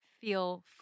feel